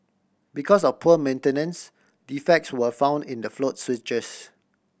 because of poor maintenance defects were found in the float switches